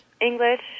English